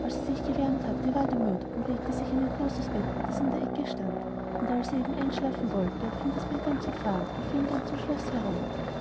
als er sich gewärmt hatte ward er müd und legte sich in ein großes bett das in der ecke stand und als er eben einschlafen wollte fing das bett an zu fahren und fuhr im ganzen schloß herum